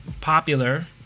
popular